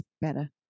better